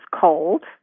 cold